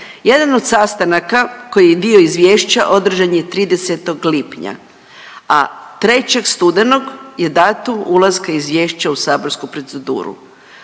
Jedan od sastanaka koji je dio izvješća održan je 30. lipnja, a 3. studenog je datum ulaska izvješća u saborsku proceduru.